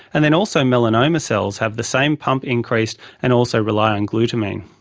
and then also melanoma cells have the same pump increased and also rely on glutamine.